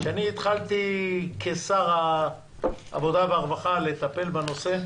כשאני התחלתי כשר העבודה והרווחה לטפל בנושא,